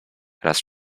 raz